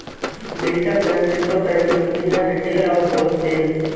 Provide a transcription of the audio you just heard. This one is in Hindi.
डिजिटल करेंसी दो तरह की होती है रिटेल और होलसेल